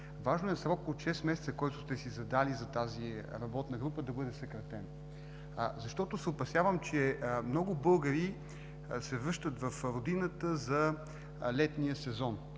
важно е срокът от шест месеца, който сте си задали за тази работна група, да бъде съкратен. Опасявам се, че много българи се връщат в родината за летния сезон